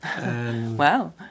Wow